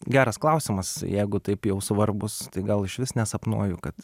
geras klausimas jeigu taip jau svarbūs tai gal išvis nesapnuoju kad